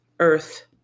earth